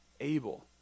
able